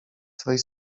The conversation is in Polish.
twej